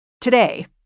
Today